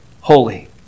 holy